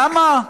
למה?